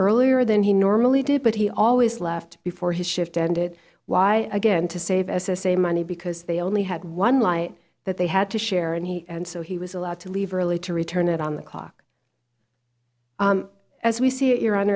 earlier than he normally did but he always left before his shift ended why again to save s s a money because they only had one light that they had to share and he and so he was allowed to leave early to return it on the clock as we see i